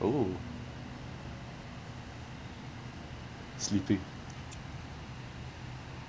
oh sleeping